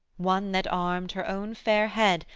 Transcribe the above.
one that armed her own fair head,